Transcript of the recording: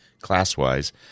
class-wise